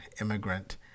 Immigrant